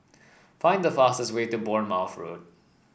find the fastest way to Bournemouth Road